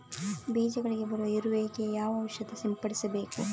ಬೀಜಗಳಿಗೆ ಬರುವ ಇರುವೆ ಗೆ ಯಾವ ಔಷಧ ಸಿಂಪಡಿಸಬೇಕು?